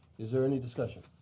is there any discussion?